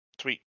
Sweet